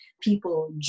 people